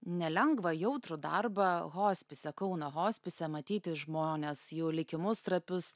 nelengvą jautrų darbą hospise kauno hospise matyti žmones jų likimus trapius